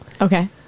Okay